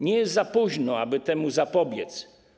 Nie jest za późno, aby temu zapobiec.